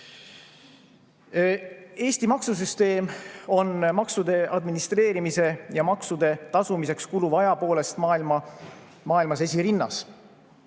Eesti maksusüsteem on maksude administreerimise ja maksude tasumiseks kuluva aja poolest maailmas esirinnas.